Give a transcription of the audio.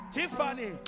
Tiffany